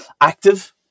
active